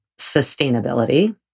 sustainability